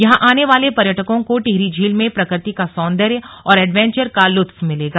यहां आने वाले पर्यटकों को टिहरी झील में प्रकृति का सौंदर्य और एडवेंचर का लुत्फ मिलेगा